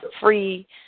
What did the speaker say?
free